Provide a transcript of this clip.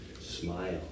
smile